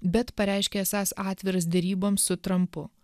bet pareiškė esąs atviras deryboms su trampu